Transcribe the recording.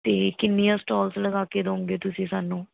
ਅਤੇ ਕਿੰਨੀਆਂ ਸਟੋਲਸ ਲਗਾ ਕੇ ਦਊਂਗੇ ਤੁਸੀਂ ਸਾਨੂੰ